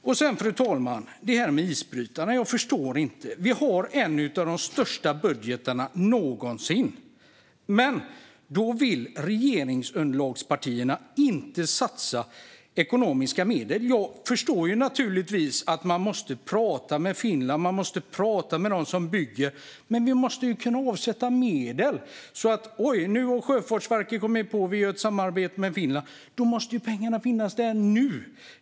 Fru talman! Sedan har vi det här med isbrytarna. Jag förstår inte. Vi har en av de största budgetarna någonsin, men då vill regeringsunderlagspartierna inte satsa ekonomiska medel. Jag förstår naturligtvis att man måste prata med Finland och att man måste prata med dem som bygger. Men vi måste kunna avsätta medel när Sjöfartsverket har kommit på att: Oj, nu gör vi ett samarbete med Finland! Då måste ju pengarna finnas där nu .